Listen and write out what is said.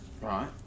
Right